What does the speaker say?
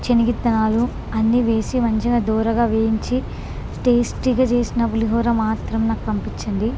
శనగవిత్తనాలు అన్నీ వేసి మంచిగా దోరగా వేయించి టేస్టీగా చేసిన పులిహోర మాత్రమే నాకు పంపించండి